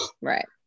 Right